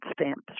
stamps